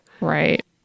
Right